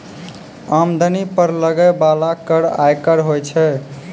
आमदनी पर लगै बाला कर आयकर होय छै